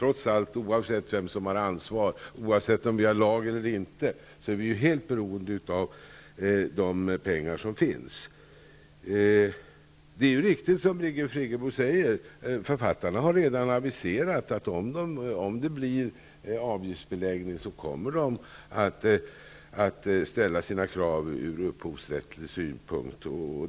Oavsett vem som har ansvar, oavsett om vi har en lag eller inte, är vi helt beroende av de pengar som finns. Det är riktigt, som Birgit Friggebo säger, att författarna redan har aviserat att om det blir avgiftsbeläggning så kommer de att ställa krav ur upphovsrättslig synpunkt.